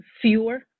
fewer